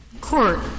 court